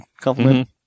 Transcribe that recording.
compliment